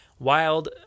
Wild